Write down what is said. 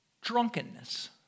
Drunkenness